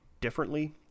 differently